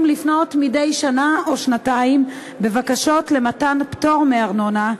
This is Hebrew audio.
לפנות מדי שנה או שנתיים בבקשות למתן פטור מארנונה,